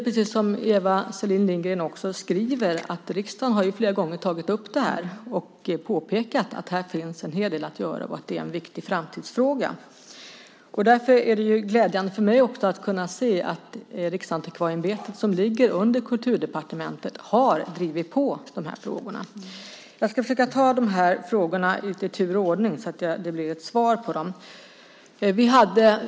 Precis som Eva Selin Lindgren skriver har riksdagen flera gånger tagit upp detta och påpekat att här finns en hel del att göra och att det är en viktig framtidsfråga. Därför är det glädjande för mig att kunna se att Riksantikvarieämbetet, som ligger under Kulturdepartementet, har drivit på dessa frågor. Jag ska försöka ta Eva Selin Lindgrens frågor i tur och ordning så att de blir besvarade.